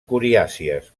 coriàcies